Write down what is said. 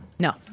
No